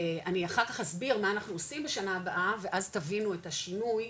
אני אחר כך אסביר מה אנחנו עושים בשנה הבאה ואז תבינו את השינוי,